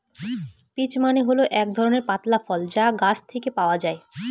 peach মানে হল এক ধরনের পাতলা ফল যা গাছ থেকে পাওয়া যায়